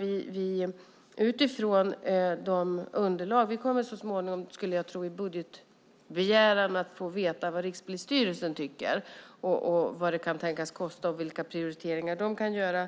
Vi kommer så småningom i budgetbegäran att få veta vad Rikspolisstyrelsen tycker, vad det kan tänkas kosta och vilka prioriteringar de gör.